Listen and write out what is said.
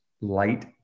light